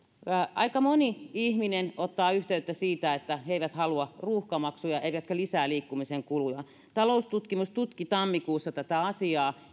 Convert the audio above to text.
aika moni ihminen ottaa yhteyttä siitä että he eivät halua ruuhkamaksuja eivätkä lisää liikkumiseen kuluja taloustutkimus tutki tammikuussa tätä asiaa